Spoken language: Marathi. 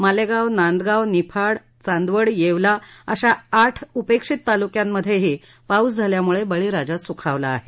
मालेगाव नांदगाव निफाड चांदवड येवला अशा आठ उपेक्षित तालुक्यातही पाऊस झाल्याने बळीराजा सुखावला आहे